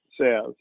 says